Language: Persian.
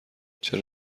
چرا